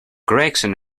gregson